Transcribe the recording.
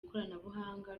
ikoranabuhanga